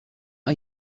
are